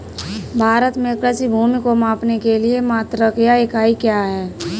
भारत में कृषि भूमि को मापने के लिए मात्रक या इकाई क्या है?